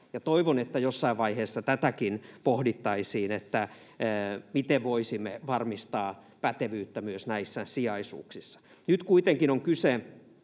toivon, että jossain vaiheessa pohdittaisiin tätäkin, miten voisimme varmistaa pätevyyttä myös näissä sijaisuuksissa. Nyt kuitenkin on kyse